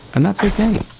and that's ok.